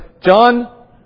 John